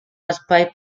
espai